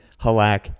Halak